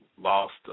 lost –